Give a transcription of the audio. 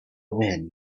wind